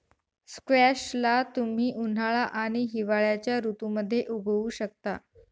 squash ला तुम्ही उन्हाळा आणि हिवाळ्याच्या ऋतूमध्ये उगवु शकता